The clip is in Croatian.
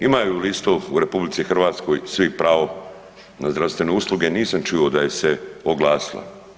Imaju li isto u RH svi pravo na zdravstvene usluge, nisam čuo da je se oglasilo.